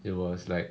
it was like